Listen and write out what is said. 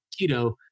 keto